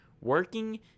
working